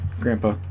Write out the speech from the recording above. grandpa